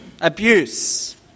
Abuse